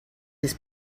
his